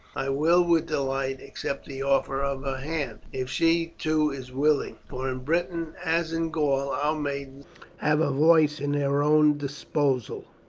i will, with delight, accept the offer of her hand, if she too is willing, for in briton, as in gaul, our maidens have a voice in their own disposal.